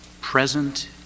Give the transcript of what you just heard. present